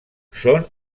són